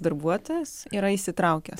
darbuotojas yra įsitraukęs